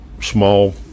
small